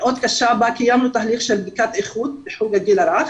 בה קיימנו תהליך של בדיקת איכות בחוג לגיל הרך,